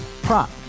Prop